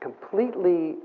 completely,